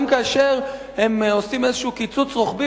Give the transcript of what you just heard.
גם כאשר הם עושים איזשהו קיצוץ רוחבי